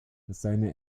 seine